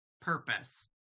purpose